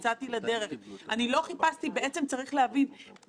היו 11 ועדות חקירה פרלמנטריות בתולדות הכנסת.